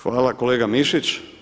Hvala kolega Mišić.